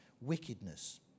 wickedness